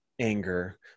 anger